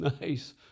nice